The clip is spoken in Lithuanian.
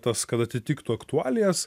tas kad atitiktų aktualijas